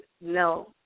No